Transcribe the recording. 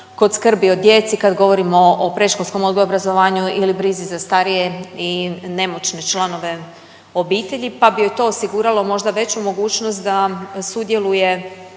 kod skrbi o djeci kad govorimo o predškolskom odgoju, obrazovanju ili brizi za starije i nemoćne članove obitelji pa bi joj to osiguralo možda veću mogućnost da sudjeluje